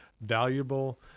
valuable